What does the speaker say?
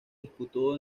disputó